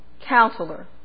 counselor